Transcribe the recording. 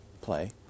play